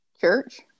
Church